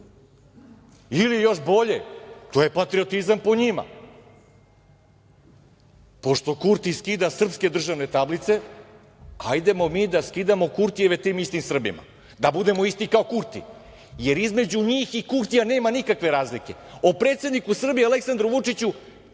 Ili još bolje, to je patriotizam po njima, pošto Kurti skida srpske državne tablice, ajde mi da skidamo Kurtijeve tim istim Srbima, da budemo isti kao Kurti, jer između njih i Kurtija nema nikakve razlike.O predsedniku Srbije Aleksandru Vučiću